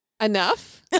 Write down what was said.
Enough